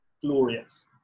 glorious